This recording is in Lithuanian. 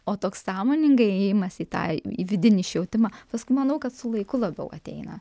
o toks sąmoningai įėjimas į tai į vidinį išjautimą paskui manau kad su laiku labiau ateina